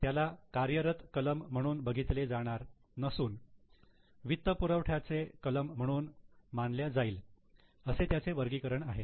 त्याला कार्यरत कलम म्हणून बघितले जाणार नसून वित्तपुरवठाचे कलम म्हणून मानल्या जाईल असे त्याचे वर्गीकरण आहे